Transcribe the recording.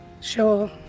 Sure